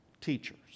teachers